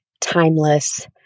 timeless